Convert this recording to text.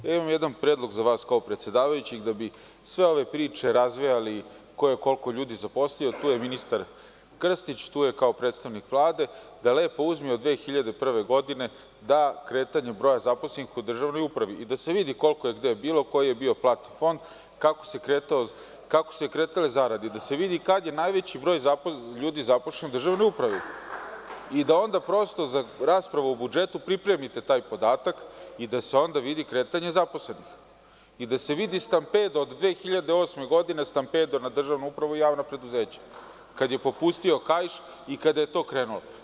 Imam jedan predlog za vas, kao predsedavajućeg, da bi sve ove priče razvejali, ko je koliko ljudi zaposlio, tu je ministar Krstić, tu je kao predstavnik Vlade, da lepo uzme od 2001. godine kretanje broja zaposlenih u državnoj upravi i da se vidi koliko je gde bilo, koji je bio platni fond, kako su se kretale zarade i da se vidi kad je najveći broj ljudi zaposleno u državnoj upravi i onda prosto za raspravu o budžetu pripremite taj podatak i da se onda vidi kretanje zaposlenih, da se vidi stampedo od 2008. godine, stampedo na državnu upravu i javna preduzeća, kad je popustio kaiš i kada je to krenulo.